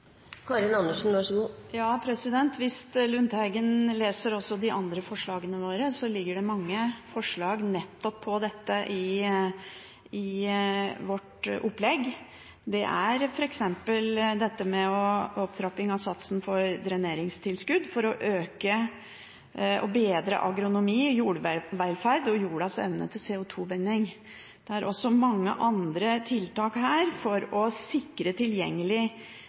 Ja, hvis Lundteigen leser også de andre forslagene våre, så ligger det mange forslag nettopp om dette i vårt opplegg, f.eks. dette med opptrapping av satsen for dreneringstilskudd for å øke og bedre agronomi, jordvelferd og jordas evne til CO2-binding. Det er også mange andre tiltak her for å sikre tilgjengelig